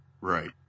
Right